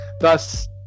thus